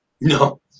No